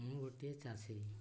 ମୁଁ ଗୋଟିଏ ଚାଷୀ